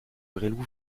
gresloup